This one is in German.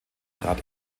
trat